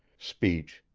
speech,